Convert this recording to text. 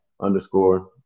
underscore